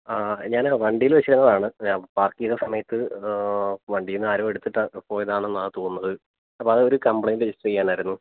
ആ ഞാന് വണ്ടിയിൽ വച്ചിരുന്നതാണ് ഞാന് പാർക്ക് ചെയ്ത സമയത്ത് വണ്ടിയിൽ നിന്ന് ആരോ എടുത്തിട്ട് പോയതാണെന്നാണ് തോന്നുന്നത് അപ്പം അതൊര് കംപ്ലൈൻറ്റ് റെജിസ്റ്റർ ചെയ്യാനായിരുന്നു